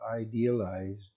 idealized